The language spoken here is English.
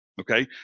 Okay